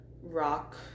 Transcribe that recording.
rock